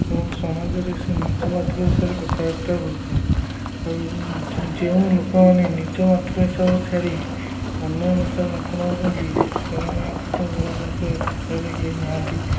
ଏବଂ ସମାଜରେ ସେ ନିଜ ମାତୃଭାଷାରେ କଥାବାର୍ତ୍ତା ହୋଇଥାଏ ଆଉ ଯେଉଁ ଲୋକମାନେ ନିଜ ମାତୃଭାଷାକୁ ଛାଡ଼ି ଅନ୍ୟ ଭାଷା ଆପଣାଉଚନ୍ତି ସେମାନେଙ୍କଠୁ ବଡ଼ ମୂର୍ଖ ଏ ସଂସାରରେ କେହି ନାହାନ୍ତି